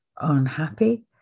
unhappy